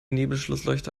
nebelschlussleuchte